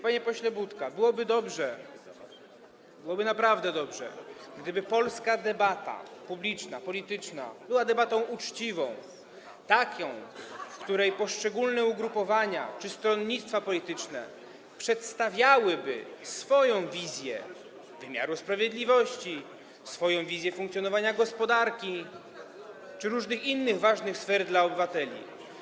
Panie pośle Budka, byłoby dobrze, byłoby naprawdę dobrze, gdyby polska debata publiczna, polityczna była debatą uczciwą, w której poszczególne ugrupowania czy stronnictwa polityczne przedstawiałyby swoją wizję wymiaru sprawiedliwości, swoją wizję funkcjonowania gospodarki czy różnych innych ważnych sfer dla obywateli.